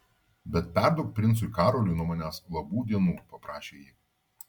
bet perduok princui karoliui nuo manęs labų dienų paprašė ji